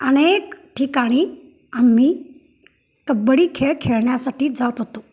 अनेक ठिकाणी आम्ही कबड्डी खेळ खेळण्यासाठी जात होतो